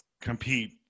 compete